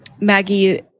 Maggie